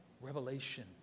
revelation